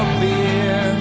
beer